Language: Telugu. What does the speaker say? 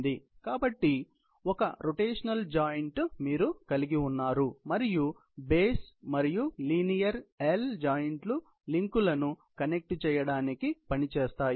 కాబట్టి మీరు ఒక రోటేషనల్ జాయింట్ కలిగి ఉన్నారు మరియు బేస్ మరియు లీనియర్ L జాయింట్లు లింక్లను కనెక్ట్ చేయడానికి పని చేస్తాయి